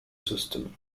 system